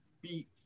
beat